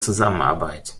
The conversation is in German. zusammenarbeit